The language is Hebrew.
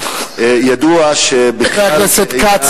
ידוע חבר הכנסת כץ,